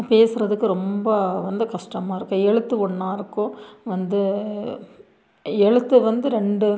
பேசுறதுக்கும் ரொம்ப வந்து கஸ்டமாக இருக்கும் எழுத்து ஒன்றா இருக்கும் வந்து எழுத்து வந்து ரெண்டு